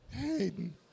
Hayden